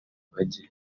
bajye